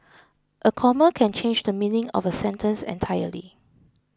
a comma can change the meaning of a sentence entirely